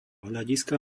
hľadiska